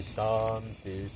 Shanti